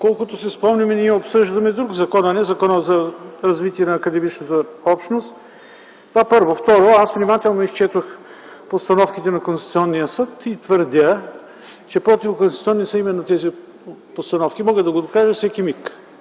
Доколкото си спомням, ние обсъждаме друг закон, а не Закона за развитие на академичната общност. Това – първо. Второ, аз внимателно изчетох постановките на Конституционния съд и твърдя, че противоконституционни са именно тези постановки. Мога да го докажа всеки миг.